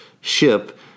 ship